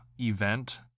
event